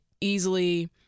easily